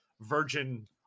virgin